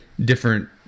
different